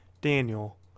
Daniel